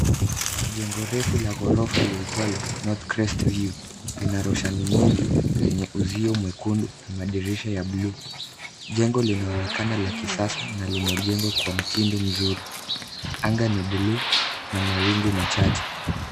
Jengo refu la ghorofa liitwalo NorthCrest View lina roshani nyingi zenye uzio mwekundu na madirisha ya blue . Jengo linaonekana la kisasa na limejengwa kwa mtindo mzuri. Anga ni buluu na mawingu machache.